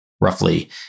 roughly